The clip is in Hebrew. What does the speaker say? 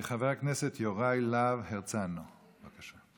חבר הכנסת יוראי להב הרצנו, בבקשה.